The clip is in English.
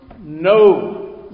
No